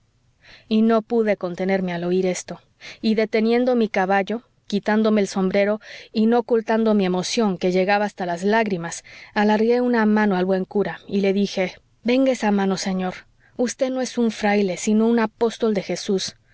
y no pude contenerme al oir esto y deteniendo mi caballo quitándome el sombrero y no ocultando mi emoción que llegaba hasta las lágrimas alargué una mano al buen cura y le dije venga esa mano señor vd no es un fraile sino un apóstol de jesús